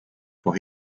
for